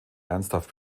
ernsthaft